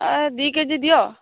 ଦୁଇ କେଜି ଦିଅ